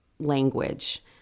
language